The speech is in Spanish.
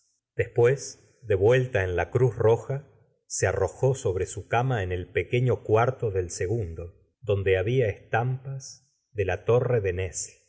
después de vuelta en la cru la señoua de bov ary gustayo flaubert roja ee arrojó sobre su cama en el pequeño cuarto del segundo donde había estampas de la torre de